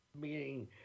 meaning